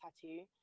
tattoo